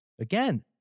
Again